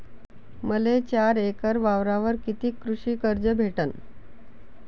मले चार एकर वावरावर कितीक कृषी कर्ज भेटन?